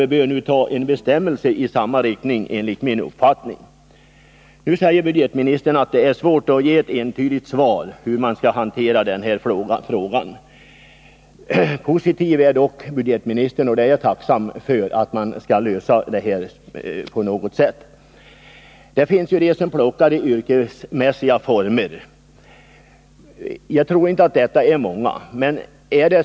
Vi bör nu enligt min uppfattning införa liknande bestämmelser. Nu säger budgetministern att det är svårt att ge ett entydigt besked om hur man skall hantera den här frågan. Budgetministern är dock positiv, och jag är tacksam för att han vill lösa frågan på något sätt. Det finns personer som plockar i yrkesmässiga former, även om jag inte tror att det är många som gör det.